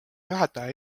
juhataja